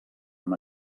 amb